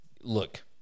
Look